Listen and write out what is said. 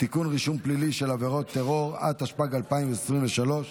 התשפ"ג 2022,